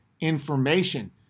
information